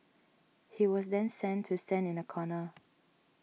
he was then sent to stand in the corner